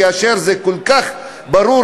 כאשר זה כל כך ברור,